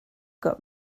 got